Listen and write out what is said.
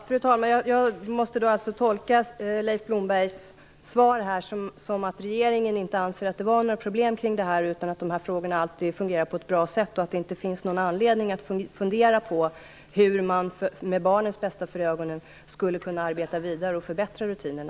Fru talman! Jag måste tolka Leif Blombergs svar som att regeringen inte anser att det var några problem kring denna avvisning utan att dessa frågor alltid fungerar på ett bra sätt och att det inte finns någon anledning att fundera över hur man med barnens bästa för ögonen skulle kunna arbeta vidare och förbättra rutinerna.